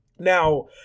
Now